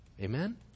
Amen